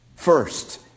First